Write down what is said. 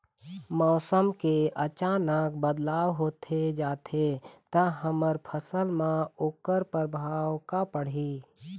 मौसम के अचानक बदलाव होथे जाथे ता हमर फसल मा ओकर परभाव का पढ़ी?